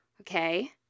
Okay